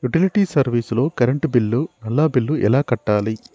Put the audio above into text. Utility service లో current bill, నల్లా bill ఎలా కట్టాలి?